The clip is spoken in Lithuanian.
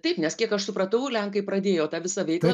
taip nes kiek aš supratau lenkai pradėjo tą visą veiklą